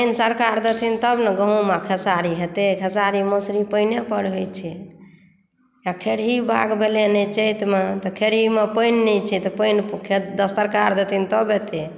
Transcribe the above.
पानि सरकार देथिन तब ने गहूँम आ खेसारी हेतै खेसारी मौसरी पानि पर होइ छै आ खेरही बाग भेलै ने चैतमे तऽ खेरहीमे पानि नहि छै पानि सरकार देथिन तब हेतै